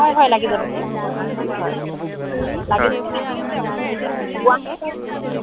হয় হয় লাগি যাব হয় হয় লাগি যাব